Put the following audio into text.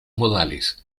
modales